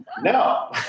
no